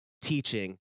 teaching